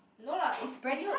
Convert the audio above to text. no lah it's brand new